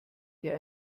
der